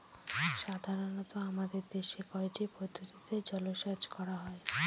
সাধারনত আমাদের দেশে কয়টি পদ্ধতিতে জলসেচ করা হয়?